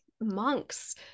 monks